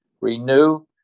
renew